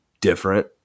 different